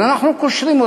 אז אנחנו קושרים.